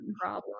problem